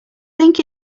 think